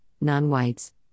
non-whites